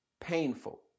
painful